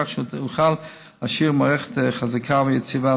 כך שאוכל להשאיר מערכת חזקה ויציבה